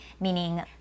meaning